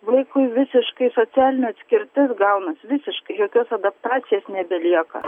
vaikui visiškai socialinė atskirtis gaunasi visiškai jokios adaptacijos nebelieka